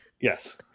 yes